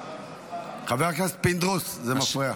חבר הכנסת פינדרוס, זה מפריע.